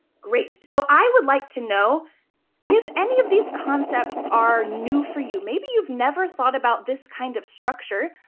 great. so i would like to know if any of these concepts are new for you. maybe you've never thought about this kind of structure.